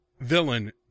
villain